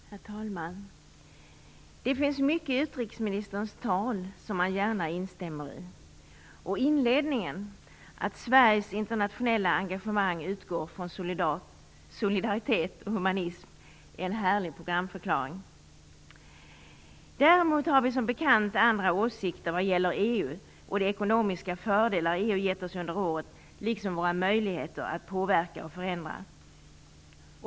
Herr talman! Det finns mycket i utrikesministerns tal som man gärna instämmer i. Inledningen om att Sveriges internationella engagemang utgår från solidaritet och humanism är en härlig programförklaring. Däremot har vi som bekant andra åsikter vad gäller EU och de ekonomiska fördelar EU givit oss under året, liksom våra möjligheter att påverka och förändra.